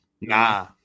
Nah